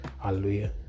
Hallelujah